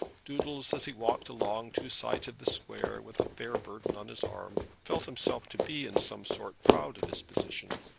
doodles, as he walked along two sides of the square with the fair burden on his arm, felt himself to be in some sort proud of his position,